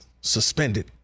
suspended